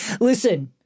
Listen